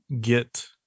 get